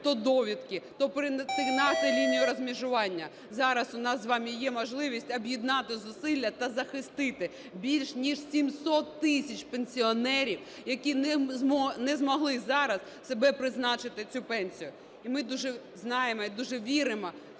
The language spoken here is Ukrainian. то довідки, то перетинати лінію розмежування, зараз у нас з вами є можливість об'єднати зусилля та захистити більш ніж 700 тисяч пенсіонерів, які не змогли зараз собі призначити цю пенсію. І ми знаємо і дуже віримо